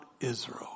Israel